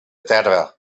terra